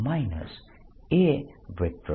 BA